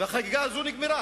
והחגיגה הזאת נגמרה.